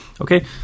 Okay